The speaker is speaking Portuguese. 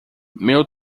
meu